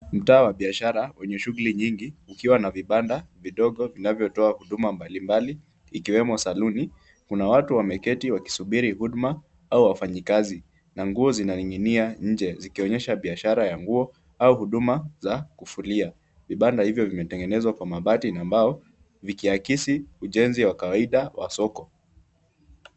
Mtaa wa biashara wenye shughuli nyingi ikiwa na vibanda vidogo vinavyotoa huduma mbalimbali ikiwemo saluni. Kuna watu wameketi wakisubiri huduma au wafanyikazi na nguo zinaning'inia nje zikionyesha biashara ya nguo au huduma za kufulia. Vibanda hivyo vimetengenezwa kwa mabati na mbao vikiakisi ujenzi wa kawaida wa soko.